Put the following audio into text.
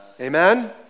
amen